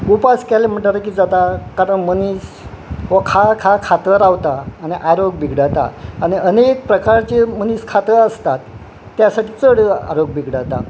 उपास केले म्हणटा कितें जाता कारण मनीस हो खा खा खातळ रावता आनी आरोग्य भिगडात आनी अनेक प्रकारचे मनीस खातळ आसतात त्या साठी चड आरोग्य भिगडाता